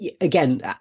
again